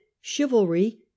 chivalry